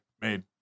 made